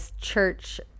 church